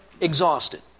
exhausted